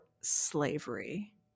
slavery